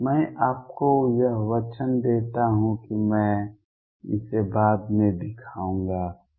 मैं आपको वह वचन देता हूं और मैं इसे बाद में दिखाऊंगा